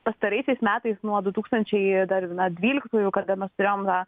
pastaraisiais metais nuo du tūkstančiai dar ir na dvyliktųjų kada mes turėjom na